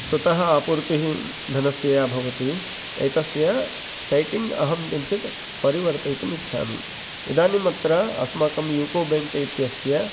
स्वतः आपूर्तिः धनस्य भवति एतस्य सेट्टिङ्ग् अहं किञ्चित् परिवर्तयितुमिच्छामि इदानीम् अत्र अस्माकं यूको बेङ्क् इत्यस्य